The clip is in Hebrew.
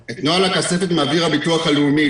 את נוהל הכספת מעביר הביטוח הלאומי,